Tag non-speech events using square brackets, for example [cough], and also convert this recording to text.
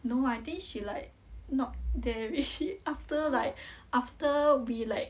no I think she like not there already [laughs] after like after we like